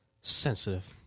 sensitive